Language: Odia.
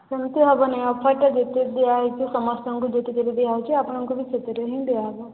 ସେମିତି ହେବନି ଅଫରଟା ଯେତେ ଦିଆ ହୋଇଛି ସମସ୍ତଙ୍କୁ ଯେତିକି ଦିଆ ହୋଇଛି ଆପଣଙ୍କୁ ବି ସେତିକି ହିଁ ଦିଆହେବ